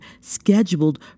scheduled